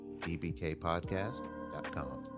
dbkpodcast.com